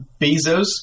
Bezos